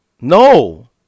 No